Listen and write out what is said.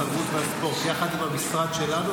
התרבות והספורט יחד עם המשרד שלנו,